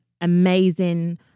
amazing